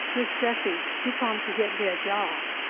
miss jessie, you promised to get me a job.